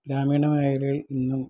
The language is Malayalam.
ഗ്രാമീണ മേഖലയിൽ ഇന്നും